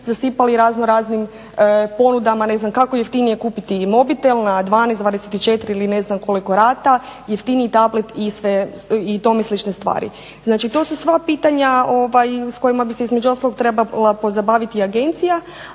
zasipali raznoraznim ponudama kako jeftinije kupiti mobitel na 12, 24 ili ne znam koliko rata, jeftiniji tablet i tome slične stvari. Znači to su sva pitanja s kojima bi se između ostalog trebala pozabaviti agencija,